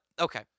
okay